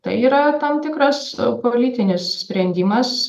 tai yra tam tikras politinis sprendimas